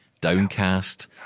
Downcast